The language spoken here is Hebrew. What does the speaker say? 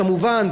כמובן,